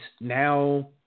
now